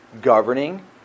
governing